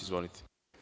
Izvolite.